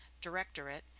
Directorate